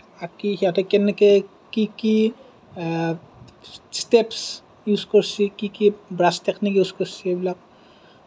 আঁকি সিহঁতে কেনেকৈ কি কি ষ্টেপছ ইউজ কৰিছে কি কি ব্ৰাছ টেকনিক ইউজ কৰিছে সেইবিলাক